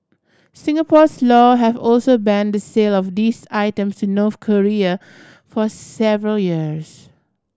Singapore's law have also ban the sale of these items to North Korea for several years